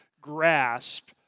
grasp